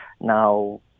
Now